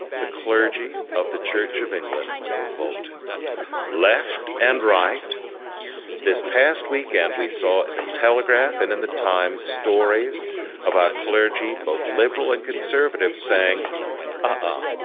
the clergy of the church of england revolted left and right this past weekend we saw in and the telegraph and in the times stories about clergy both liberal and conservative saying ah